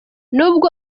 n’ubwo